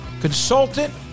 consultant